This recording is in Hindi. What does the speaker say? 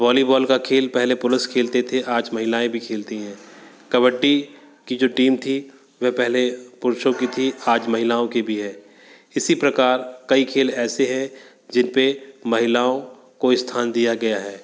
वॉलीबॉल का खेल पहले पुरुष खेलते थे आज महिलाएं भी खेलती है कबड्डी की जो टीम थी वह पहले पुरुषों की थी आज महिलाओं की भी है इसी प्रकार कई खेल ऐसे हैं जिन पे महिलाओं को स्थान दिया गया है